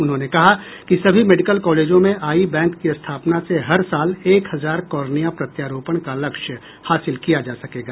उन्होंने कहा कि सभी मेडिकल कॉलेजों में आई बैंक की स्थापना से हर साल एक हजार कॉर्निया प्रत्यारोपण का लक्ष्य हासिल किया जा सकेगा